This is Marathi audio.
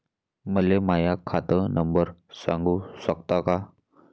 मले माह्या खात नंबर सांगु सकता का?